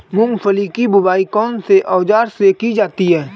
मूंगफली की बुआई कौनसे औज़ार से की जाती है?